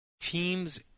teams